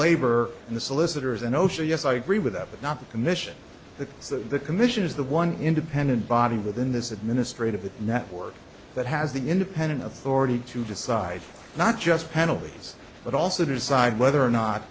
labor and the solicitors and osha yes i agree with that but not the commission that so the commission is the one independent body within this administrative network that has the independent authority to decide not just penalties but also to decide whether or not